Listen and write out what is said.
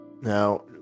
Now